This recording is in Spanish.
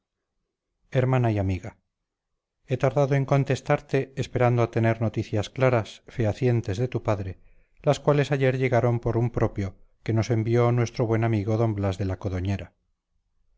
hermana y amiga he tardado en contestarte esperando a tener noticias claras fehacientes de tu padre las cuales ayer llegaron por un propio que nos envió nuestro buen amigo d blas de la codoñera